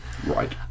Right